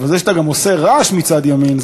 אבל שאתה גם עושה רעש מצד ימין,